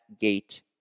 gate